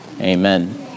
Amen